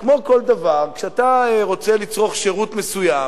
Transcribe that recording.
כמו כל דבר, כשאתה רוצה לצרוך שירות מסוים,